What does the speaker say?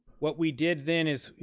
what we did then is,